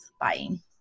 buying